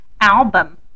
album